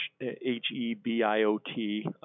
H-E-B-I-O-T